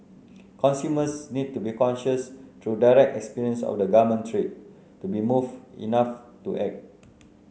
consumers need to be conscious through direct experience of the garment trade to be moved enough to act